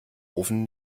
ofen